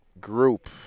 group